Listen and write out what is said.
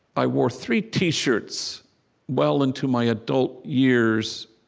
i wore three t-shirts well into my adult years,